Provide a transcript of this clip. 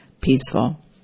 peaceful